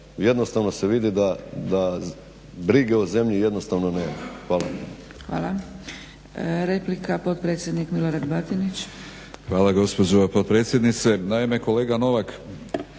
Jednostavno se vidi da brige o zemlji jednostavno nema. Hvala.